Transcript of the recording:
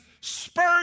spurred